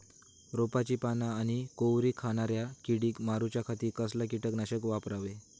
रोपाची पाना आनी कोवरी खाणाऱ्या किडीक मारूच्या खाती कसला किटकनाशक वापरावे?